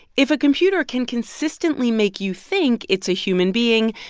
if a computer can consistently make you think it's a human being,